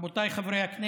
העובדות מפריעות לך?